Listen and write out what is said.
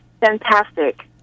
Fantastic